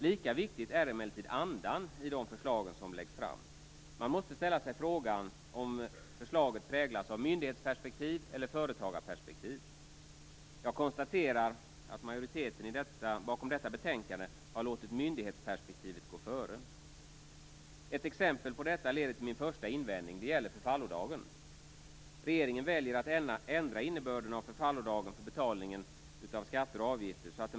Lika viktigt är emellertid andan i de förslag som läggs fram. Man måste ställa sig frågan om förslaget präglas av myndighetsperspektiv eller företagsperspektiv. Jag konstaterar att majoriteten bakom detta betänkande har låtit myndighetsperspektivet gå före. Ett exempel på detta leder till min första invändning. Det gäller förfallodagen. Regeringen väljer att ändra innebörden av förfallodagen för betalning av skatter och avgifter.